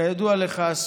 כידוע לך,